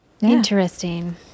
interesting